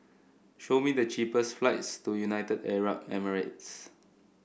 show me the cheapest flights to United Arab Emirates